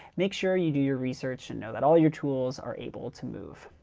make sure you do your research and know that all your tools are able to move.